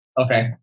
Okay